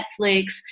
Netflix